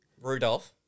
Rudolph